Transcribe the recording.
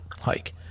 hike